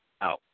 out